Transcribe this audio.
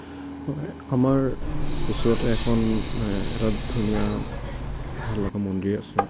হয় আমাৰ ওচৰতে এখন এটা ধুনীয়া ভাল লগা মন্দিৰ আছে